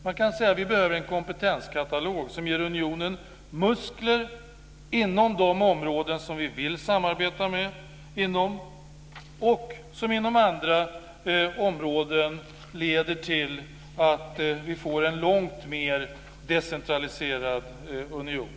Man kan säga att vi behöver en kompetenskatalog som ger unionen muskler på de områden där vi vill samarbeta och som på andra områden leder till att vi får en långt mer decentraliserad union.